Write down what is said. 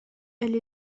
elle